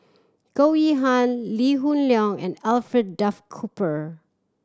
Goh Yihan Lee Hoon Leong and Alfred Duff Cooper